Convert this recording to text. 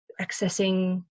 accessing